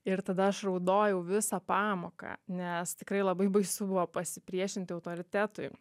ir tada aš raudojau visą pamoką nes tikrai labai baisu buvo pasipriešinti autoritetui